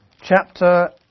chapter